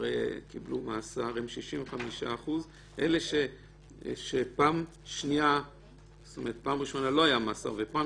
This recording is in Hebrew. שקיבלו מאסר פעם שנייה הם 65%; אלה שבפעם הראשונה לא היה מאסר ופעם